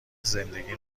زندگی